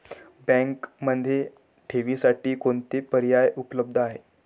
बँकेमध्ये ठेवींसाठी कोणते पर्याय उपलब्ध आहेत?